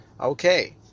Okay